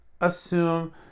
assume